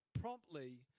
promptly